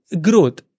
growth